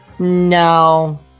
no